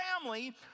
family